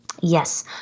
Yes